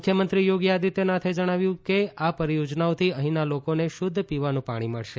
મુખ્યમંત્રી યોગી આદિત્યનાથે જણાવ્યું છે કે આ પરિયોજનાઓથી અહીંના લોકોને શુદ્ધ પીવાનું પાણી મળશે